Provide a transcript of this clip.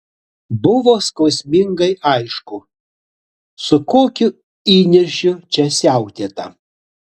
buvo skausmingai aišku su kokiu įniršiu čia siautėta